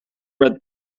read